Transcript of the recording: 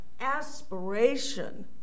aspiration